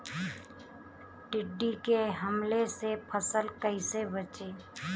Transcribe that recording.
टिड्डी के हमले से फसल कइसे बची?